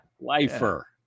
lifer